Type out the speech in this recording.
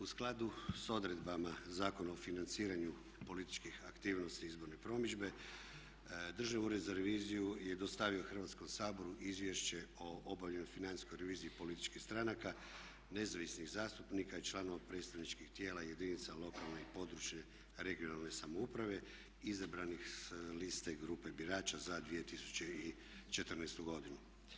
U skladu sa odredbama Zakona o financiranju političkih aktivnosti i izborne promidžbe, Državni ured za reviziju je dostavio Hrvatskom saboru Izvješće o obavljenoj financijskoj reviziji političkih stranaka nezavisnih zastupnika i članova predstavničkih tijela jedinica lokalne i područne, regionalne samouprave izabranih sa liste grupe birača za 2014. godinu.